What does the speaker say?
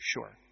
Sure